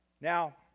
Now